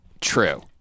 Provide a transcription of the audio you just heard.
True